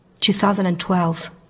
2012